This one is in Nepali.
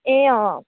ए अँ